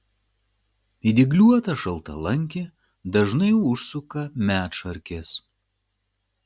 į dygliuotą šaltalankį dažnai užsuka medšarkės